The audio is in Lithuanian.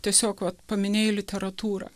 tiesiog vat paminėjai literatūrą